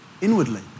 inwardly